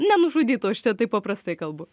nenužudytų aš čia taip paprastai kalbu